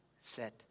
set